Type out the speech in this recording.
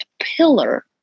pillar